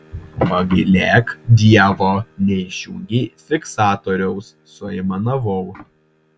pagailėk dievo neišjungei fiksatoriaus suaimanavau